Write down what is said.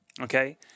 okay